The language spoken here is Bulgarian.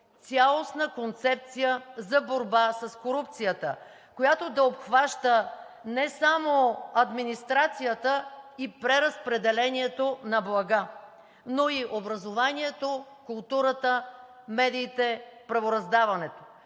цялостна концепция за борба с корупцията, която да обхваща не само администрацията и преразпределението на блага, но и образованието, културата, медиите, правораздаването.